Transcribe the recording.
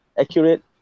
accurate